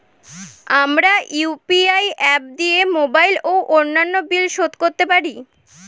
আমরা UPI app দিয়ে mobile ও অন্যান্য বিল শোধ করতে পারি